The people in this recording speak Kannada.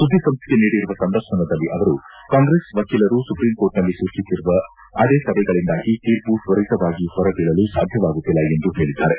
ಸುದ್ದಿ ಸಂಸ್ಥೆಗೆ ನೀಡಿರುವ ಸಂದರ್ಶನದಲ್ಲಿ ಅವರು ಕಾಂಗ್ರೆಸ್ ವಕೀಲರು ಸುಪ್ರೀಂ ಕೋರ್ಟ್ನಲ್ಲಿ ಸ್ಕಷ್ಟಿಸಿರುವ ಅಡೆತಡೆಗಳಿಂದಾಗಿ ತೀರ್ಮ ತ್ವರಿತವಾಗಿ ಹೊರ ಬೀಳಲು ಸಾಧ್ಯವಾಗುತ್ತಿಲ್ಲ ಎಂದು ಹೇಳದ್ದಾರೆ